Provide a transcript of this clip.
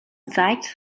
zeigt